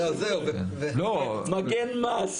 מגן מס,